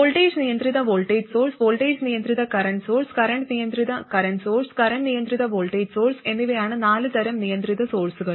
voltage നിയന്ത്രിത voltage source voltage നിയന്ത്രിത current source current നിയന്ത്രിത കറന്റ് സോഴ്സ് കറന്റ് നിയന്ത്രിത വോൾട്ടേജ് സോഴ്സ് എന്നിവയാണ് നാല് തരം നിയന്ത്രിത സോഴ്സുകൾ